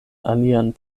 alian